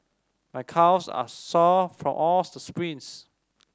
my calves are sore from all the sprints